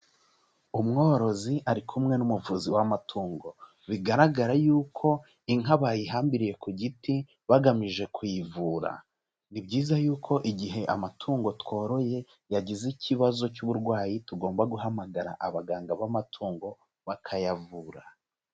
Umworozi ari kumwe n'umuvuzi w'amatungo, bigaragara yuko inka bayihambiriye ku giti bagamije kuyivura, ni byiza yuko igihe amatungo tworoye yagize ikibazo cy'uburwayi tugomba guhamagara abaganga b'amatungo bakayavura.